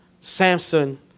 Samson